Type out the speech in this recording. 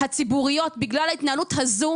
הציבוריות בגלל ההתנהלות הזו,